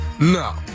No